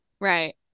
Right